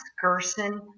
Gerson